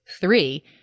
three